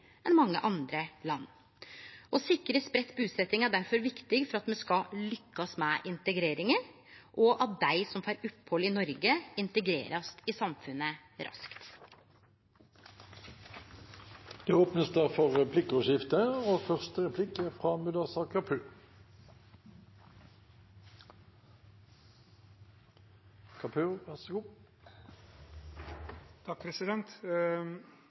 enn mange andre land. Å sikre spreidd busetting er difor viktig for at me skal lykkast med integreringa, og at dei som får opphald i Noreg, blir integrerte i samfunnet raskt. Det blir replikkordskifte. Jeg må begynne med å si at jeg er